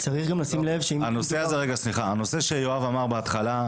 הנושא שיואב אמר בהתחלה,